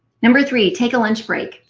number three, take a lunch break.